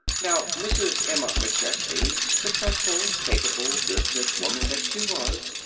now mrs. emma mcchesney, successful, capable business woman that she was,